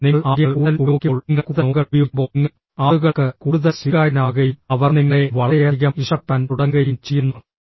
അതിനാൽ നിങ്ങൾ ആംഗ്യങ്ങൾ കൂടുതൽ ഉപയോഗിക്കുമ്പോൾ നിങ്ങൾ കൂടുതൽ നോഡുകൾ ഉപയോഗിക്കുമ്പോൾ നിങ്ങൾ ആളുകൾക്ക് കൂടുതൽ സ്വീകാര്യനാകുകയും അവർ നിങ്ങളെ വളരെയധികം ഇഷ്ടപ്പെടാൻ തുടങ്ങുകയും ചെയ്യുന്നു